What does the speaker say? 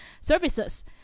services